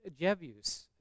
jebus